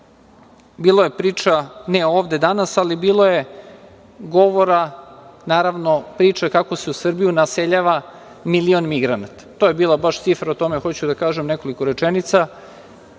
je priča, ne ovde danas, ali bilo je govora, priča kako se u Srbiju naseljava milion migranata. To je bila baš cifra i o tome hoću da kažem nekoliko rečenica,